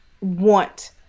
want